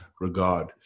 regard